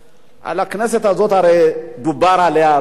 הרי על הכנסת הזאת דובר הרבה.